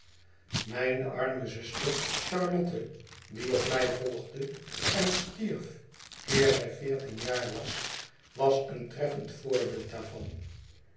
mijne arme zuster charlotte die op mij volgde en stierf eer zij veertien jaar was was een treffend voorbeeld daarvan